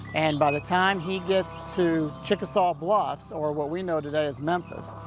and by the time he gets to chickasaw bluffs, or what we know today as memphis,